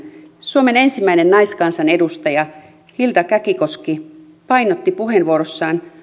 suomen ensimmäinen naiskansanedustaja hilda käkikoski painotti puheenvuorossaan